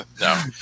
No